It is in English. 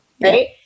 Right